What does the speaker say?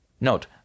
Note